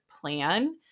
Plan